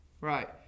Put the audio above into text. Right